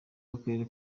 w’akarere